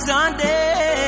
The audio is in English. Sunday